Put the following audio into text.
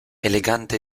elegante